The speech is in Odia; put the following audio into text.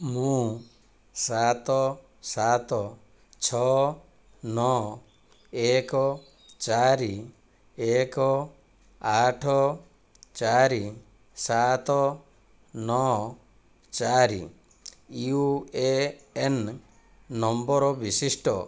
ମୁଁ ସାତ ସାତ ଛଅ ନଅ ଏକ ଚାରି ଏକ ଆଠ ଚାରି ସାତ ନଅ ଚାରି ୟୁଏଏନ୍ ନମ୍ବର ବିଶିଷ୍ଟ